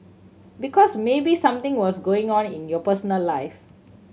because maybe something was going on in your personal life